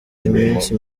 imisi